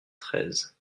treize